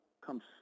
comes